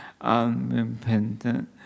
unrepentant